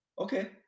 Okay